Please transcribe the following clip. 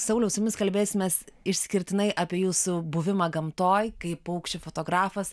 sauliau su jumis kalbėsimės išskirtinai apie jūsų buvimą gamtoj kaip paukščių fotografas